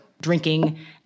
drinking